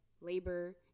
labor